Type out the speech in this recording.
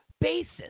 basis